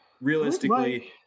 realistically